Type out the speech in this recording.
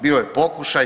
Bio je pokušaj.